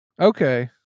Okay